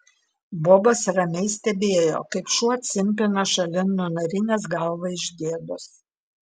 bobas ramiai stebėjo kaip šuo cimpina šalin nunarinęs galvą iš gėdos